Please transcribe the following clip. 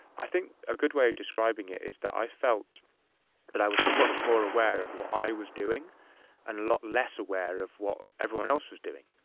i think a good way of describing it is that i felt that i was much more aware of what i was doing and a lot less aware of what everyone else was doing.